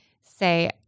say